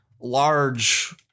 large